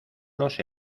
los